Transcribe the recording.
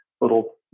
little